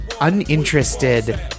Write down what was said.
uninterested